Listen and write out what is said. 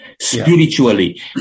spiritually